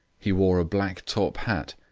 he wore a black top-hat,